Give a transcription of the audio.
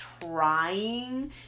trying